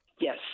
Yes